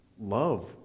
love